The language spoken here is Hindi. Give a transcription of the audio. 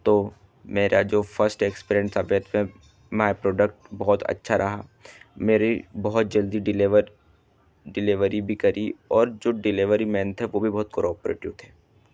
तो मेरा जो फर्स्ट एक्सपीरेंट था पर माई प्रोडक्ट बहोत अच्छा रहा मेरी बहुत जल्दी डिलेवर डिलेवरी भी करी और जो डिलेवरी मैन थे वह भी बहुत क्रॉपरेटिव थे